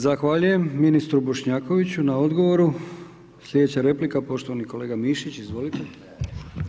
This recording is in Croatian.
Zahvaljujem ministru Bošnjakoviću na odgovoru, sljedeća replika, poštovani kolega Mišić, izvolite.